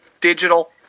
digital